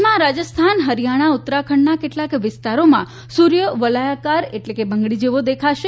દેશમાં રાજસ્થાન હરિયાણા ઉત્તરાખંડના કેટલાક વિસ્તારોમાં સૂર્ય વલયાકાર એટલે કે બંગડી જેવો દેખાશે